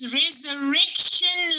resurrection